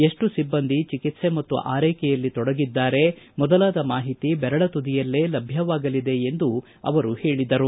ಎಷ್ಟು ಸಿಬ್ಬಂದಿ ಚಿಕಿತ್ಸೆ ಮತ್ತು ಆರೈಕೆಯಲ್ಲಿ ತೊಡಗಿದ್ದಾರೆ ಮೊದಲಾದ ಮಾಹಿತಿ ಬೆರಳ ತುದಿಯಲ್ಲೇ ಲಭ್ಞವಾಗಲಿದೆ ಎಂದು ಹೇಳಿದರು